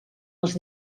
els